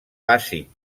bàsic